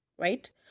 Right